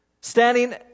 standing